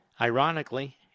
Ironically